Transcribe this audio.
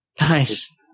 Nice